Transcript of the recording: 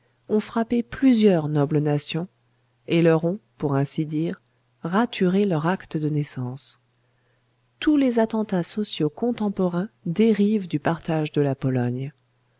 ont frappé plusieurs nobles nations et leur ont pour ainsi dire raturé leur acte de naissance tous les attentats sociaux contemporains dérivent du partage de la pologne